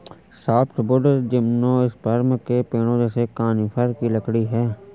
softwood gymnosperm के पेड़ों जैसे कॉनिफ़र की लकड़ी है